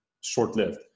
short-lived